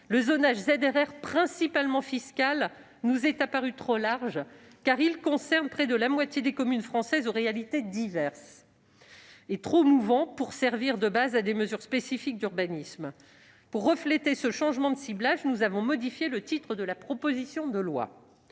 le zonage des ZRR, principalement fiscal, nous est apparu à la fois trop large- il concerne près de la moitié des communes françaises, territoires aux réalités diverses -et trop mouvant pour servir de base à des mesures spécifiques d'urbanisme. Pour refléter ce changement de ciblage, nous avons modifié l'intitulé de la proposition de loi.